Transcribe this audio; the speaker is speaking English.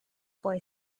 boy